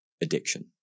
addiction